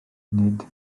nid